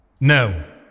no